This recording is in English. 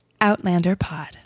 Outlanderpod